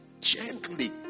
gently